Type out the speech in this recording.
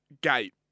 Gate